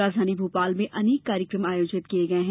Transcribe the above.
राजधानी भोपाल में अनेक कार्यक्रम आयोजित किये गये है